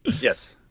Yes